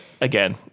again